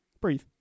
Breathe